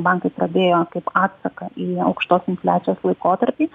bankai pradėjo kaip atsaką į aukštos infliacijos laikotarpį